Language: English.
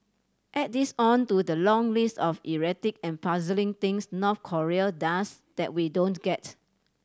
add this on to the long list of erratic and puzzling things North Korea does that we don't get